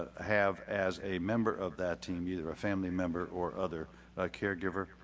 have as a member of that team, either a family member or other caregiver.